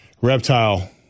reptile